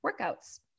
Workouts